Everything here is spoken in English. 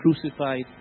crucified